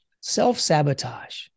self-sabotage